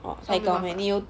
oh so 没有办法